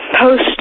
post